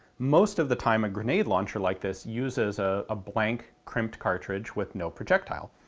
most of the time a grenade launcher like this uses ah a blank crimped cartridge with no projectile.